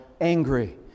angry